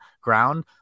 ground